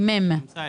נמצא.